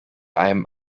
einem